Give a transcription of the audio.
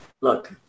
look